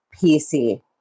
PC